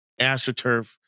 AstroTurf